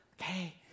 Okay